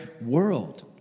world